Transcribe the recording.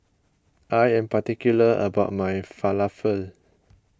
I am particular about my Falafel